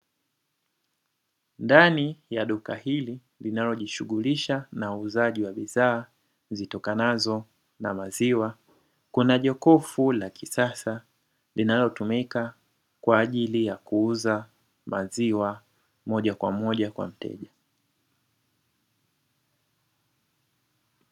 Ndani ya duka hili linalojihusisha na uuzaji wa bidhaa zitokanazo na maziwa, kuna jokofu la kisasa linalotumika kwaajili ya kuuza maziwa moja kwa moja kwa mteja.